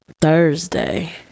Thursday